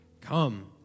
come